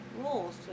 rules